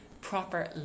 proper